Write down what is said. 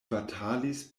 batalis